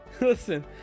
listen